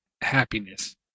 happiness